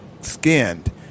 skinned